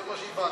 זה מה שהבנתי.